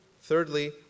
Thirdly